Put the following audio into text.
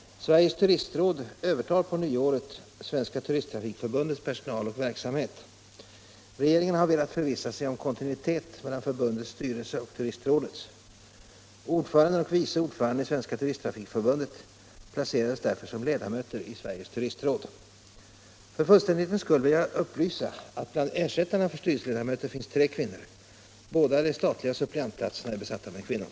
Sveriges turistråd övertar på nyåret Svenska turisttrafikförbundets personal och verksamhet. Regeringen har velat förvissa sig om kontinuitet mellan förbundets styrelse och turistrådets. Ordföranden och vice ordföranden i Svenska turisttrafikförbundet placerades därför som ledamöter i Sveriges turistråd. För fullständighetens skull vill jag upplysa att bland ersättarna för styrelseledamöter finns tre kvinnor. Båda de statliga suppleantplatserna är besatta med kvinnor.